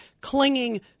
clinging